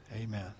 Amen